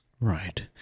Right